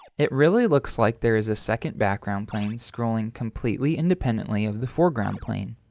it really looks like there is a second background plane scrolling completely independently of the foreground plane.